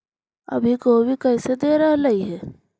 अभी गोभी कैसे दे रहलई हे?